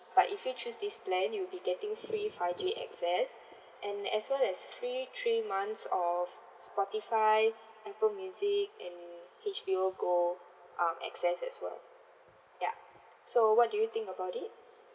but if you choose this plan you'll be getting free five G access and as well as free three months of Spotify apple music and H_B_O gold um access as well ya so what do you think about it